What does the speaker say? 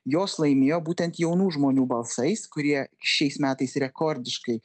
jos laimėjo būtent jaunų žmonių balsais kurie šiais metais rekordiškai